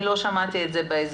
אני לא שמעתי את זה בהסבר.